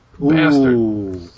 bastard